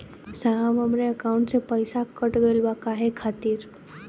साहब हमरे एकाउंट से पैसाकट गईल बा काहे खातिर?